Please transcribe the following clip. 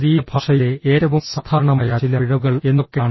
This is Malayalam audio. ശരീരഭാഷയിലെ ഏറ്റവും സാധാരണമായ ചില പിഴവുകൾ എന്തൊക്കെയാണ്